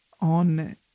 on